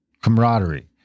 camaraderie